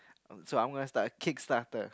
um so I'm gonna start a Kickstarter